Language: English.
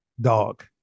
dog